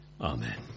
Amen